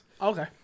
Okay